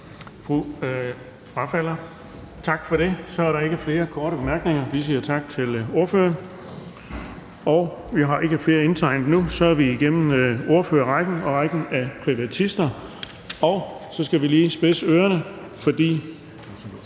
Bech-Nielsen frafalder. Så er der ikke flere korte bemærkninger. Vi siger tak til ordføreren. Vi har ikke flere indtegnet nu, og så er vi igennem ordførerrækken og rækken af privatister. Så skal vi lige spidse ørerne, for